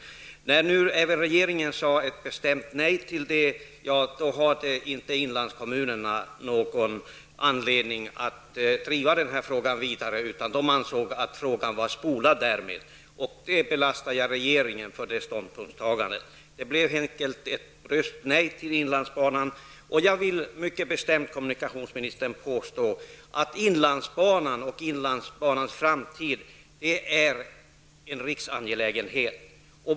När nu även regeringen sade bestämt nej till förslaget, hade inte inlandskommunerna någon anledning att driva frågan vidare, utan de ansåg att frågan därmed var spolad. Detta ståndpunktstagande belastar jag regeringen för. Det blev helt enkelt ett bryskt nej till inlandsbanan. Jag vill, kommunikationsministern, mycket bestämt påstå att inlandsbanan och inlandsbanans framtid är en riksangelägenhet.